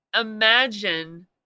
imagine